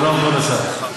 שלום, כבוד השר.